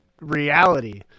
reality